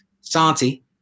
Santi